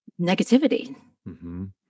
negativity